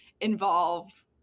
involve